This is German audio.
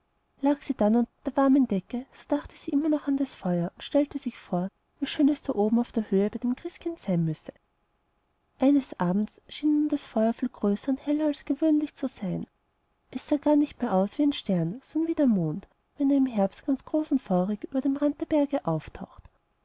sie dann unter der warmen decke so dachte sie immer noch an das feuer und stellte sich vor wie schön es da oben auf der höhe bei dem christkind sein müsse eines abends nun schien ihr das feuer viel größer und heller als gewöhnlich zu sein es sah gar nicht mehr aus wie ein stern sondern wie der mond wenn er im herbst ganz groß und feurig über dem rand der berge auftaucht